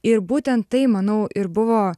ir būtent tai manau ir buvo